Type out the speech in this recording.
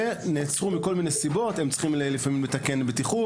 ונעצרו מכל מיני סיבות הם צריכים לפעמים לתקן בטיחות.